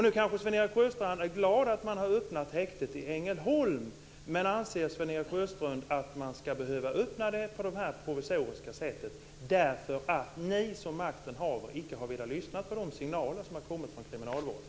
Nu kanske Sven-Erik Sjöstrand är glad över att man har öppnat häktet i Ängelholm. Men anser Sven Erik Sjöstrand att man ska behöva öppna det på det här provisoriska sättet därför att ni som makten har icke har velat lyssna på de signaler som har kommit från kriminalvården?